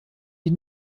die